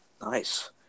Nice